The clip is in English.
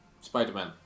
Spider-Man